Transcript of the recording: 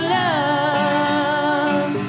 love